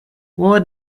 what